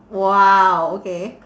!wow! okay